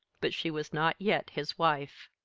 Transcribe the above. but she was not yet his wife.